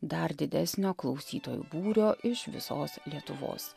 dar didesnio klausytojų būrio iš visos lietuvos